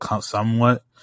somewhat